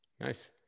Nice